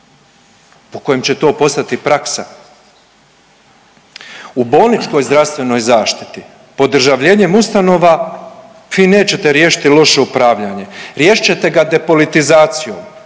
po kojem će to postat praksa. U bolničkoj zdravstvenoj zaštiti podržavljenjem ustanova vi nećete riješiti loše upravljanje, riješiti ćete ga depolitizacijom